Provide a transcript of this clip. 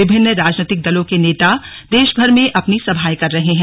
विभिन्न राजनीतिक दलों के नेता देश भर में अपनी सभाएं कर रहे हैं